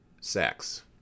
sex